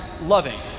loving